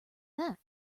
that